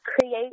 create